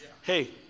Hey